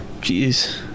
jeez